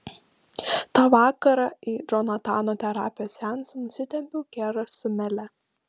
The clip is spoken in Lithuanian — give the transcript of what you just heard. tą vakarą į džonatano terapijos seansą nusitempiau kerą su mele